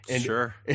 Sure